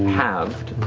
halved.